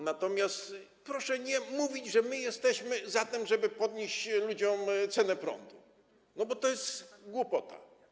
Natomiast proszę nie mówić, że my jesteśmy za tym, żeby podnieść ludziom cenę prądu, bo to jest głupota.